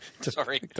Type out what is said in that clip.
Sorry